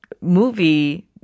movie